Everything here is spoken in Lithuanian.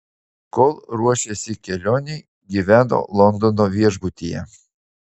kol ruošėsi kelionei gyveno londono viešbutyje